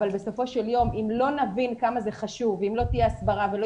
אבל בסופו של יום אם לא נבין כמה זה חשוב ואם לא תהיה הסברה ולא